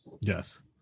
Yes